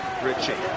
Richie